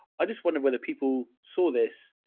i just wonder whether people saw this.